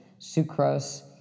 sucrose